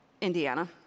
Indiana